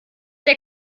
der